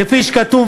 כפי שכתוב